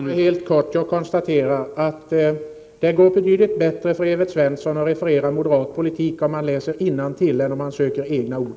Herr talman! Helt kort skall jag bara konstatera att det går betydligt bättre för Evert Svensson att referera moderat politik om han läser innantill än om han söker egna ord.